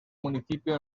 municipio